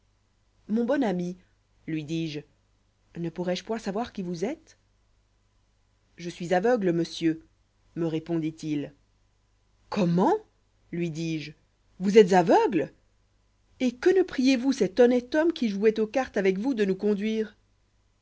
mon bon ami lui dis-je ne pourrois je point savoir qui vous êtes je suis aveugle monsieur me répondit-il comment lui dis-je vous êtes aveugle et que ne priiez vous cet honnête homme qui jouoit aux cartes avec vous de nous conduire